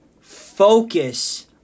Focus